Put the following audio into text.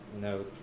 No